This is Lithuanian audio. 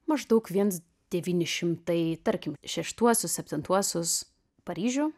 maždaug viens devyni šimtai tarkim šeštuosius septintuosius paryžių